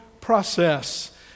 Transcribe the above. process